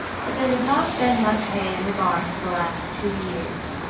but there had not been much hay in the barn for the last two years,